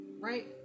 Right